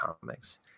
comics